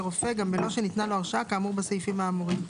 רופא גם בלא שניתנה לו הרשאה כאמור בסעיפים האמורים,